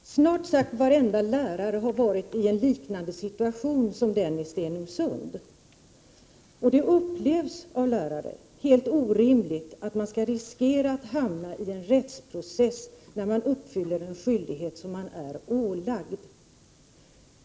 Fru talman! Snart sagt varenda lärare har befunnit sig i en liknande situation som läraren i Stenungsund. Det upplevs av lärare som helt orimligt att man skall riskera att hamna i en rättsprocess när man uppfyller en skyldighet som man är ålagd.